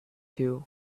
two